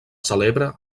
celebra